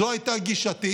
זו הייתה גישתי,